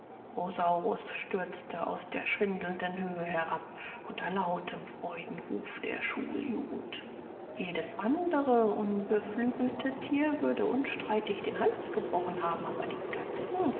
stürzte aus der schwindelnden höhe herab unter lautem freudenruf der schuljugend jedes andere unbeflügelte thier würde unstreitig den hals gebrochen haben aber die katzen